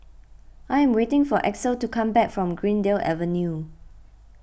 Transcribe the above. I am waiting for Axel to come back from Greendale Avenue